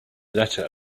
letter